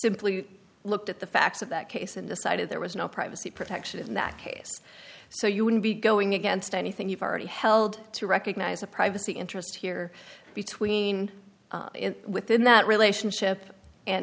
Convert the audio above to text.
simply looked at the facts of that case and decided there was no privacy protection in that case so you wouldn't be going against anything you've already held to recognize a privacy interest here between within that relationship and